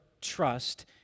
trust